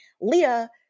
Leah